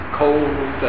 cold